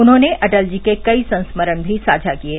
उन्होंने अटल जी के कई सेस्मरण भी साझा किये